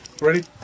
Ready